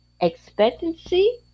expectancy